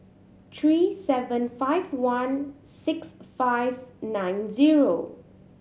three seven five one six five nine zero